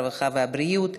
הרווחה והבריאות.